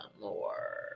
more